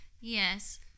Yes